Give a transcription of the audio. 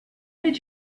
did